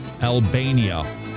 Albania